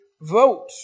vote